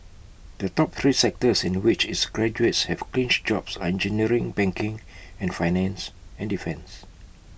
the top three sectors in which its graduates have clinched jobs are engineering banking and finance and defence